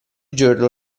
giorno